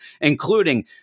including